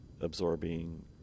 Absorbing